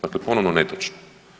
Dakle, ponovno netočno.